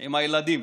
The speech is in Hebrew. עם הילדים.